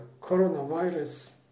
coronavirus